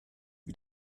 wie